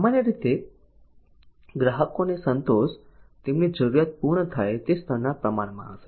સામાન્ય રીતે ગ્રાહકોની સંતોષ તેમની જરૂરિયાત પૂર્ણ થાય તે સ્તરના પ્રમાણમાં હશે